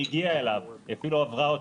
היא הגיע אליו, ואפילו עברה אותו.